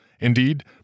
Indeed